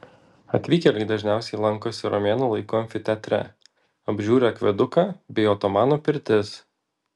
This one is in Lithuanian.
atvykėliai dažniausiai lankosi romėnų laikų amfiteatre apžiūri akveduką bei otomanų pirtis